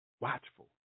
watchful